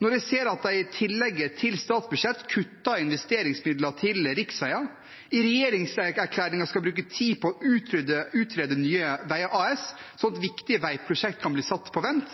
når jeg ser at de i tillegget til statsbudsjettet kutter i investeringsmidler til riksveier, at de i regjeringserklæringen skal bruke tid på å utrede Nye Veier AS, slik at viktige veiprosjekt kan bli satt på vent,